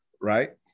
Right